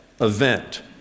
event